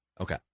Okay